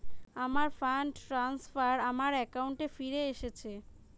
আমার fund transfer আমার অ্যাকাউন্টে ফিরে এসেছে